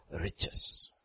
riches